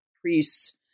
priests